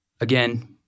again